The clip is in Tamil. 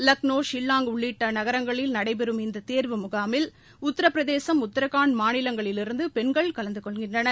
லக்னோ ஷில்லாங் உள்ளிட்ட நகரங்களில் நடைபெறும் இந்த தேர்வு முகாமில் உத்திரபிரதேசம் உத்ரகாண்ட் மாநிலங்களிலிருந்து பெண்கள் கலந்து கொள்கின்றனர்